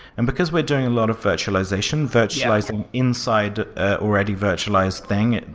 and because we're doing a lot of virtualization, virtualizing inside already virtualized thing.